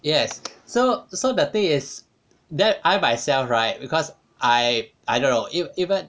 yes so so the thing is that I myself right because I I don't know if even